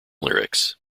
lyrics